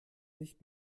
nicht